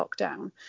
lockdown